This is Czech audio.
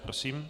Prosím.